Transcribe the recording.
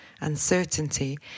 uncertainty